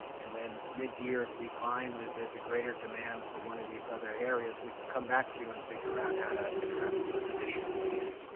and then mid-year if we find that there's a greater demand for one of these other areas, we can come back to you and figure out how to address those additional needs.